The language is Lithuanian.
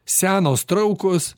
senos traukos